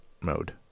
mode